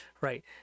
right